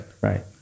Right